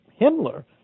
Himmler